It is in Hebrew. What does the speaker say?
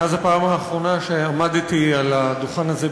מאז הפעם האחרונה שעמדתי על הדוכן הזה,